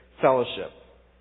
fellowship